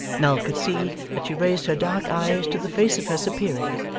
nell could see that she raised her dark eyes to the face of her superior,